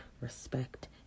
respect